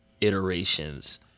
iterations